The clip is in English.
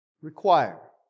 require